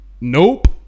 Nope